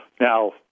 now